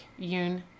Yoon